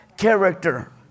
character